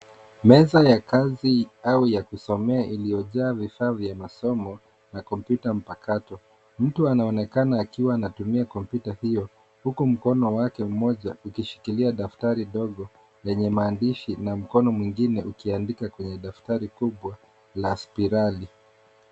Meza ya kazi au ya kusomea iliyojaa vifaa vya masomo na kompyuta mpakato. Mtu anaonekana akiwa anatumia kompyuta hiyo huku mkono wake mmoja ukishikilia daftari ndogo lenye maandishi na mkono mwingine ukiandika kwenye daftari kubwa la sipirali.